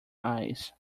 eyes